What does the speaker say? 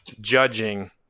judging –